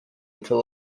until